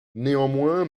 néanmoins